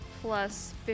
plus